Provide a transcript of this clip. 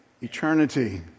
eternity